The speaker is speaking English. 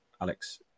Alex